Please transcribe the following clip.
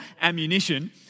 ammunition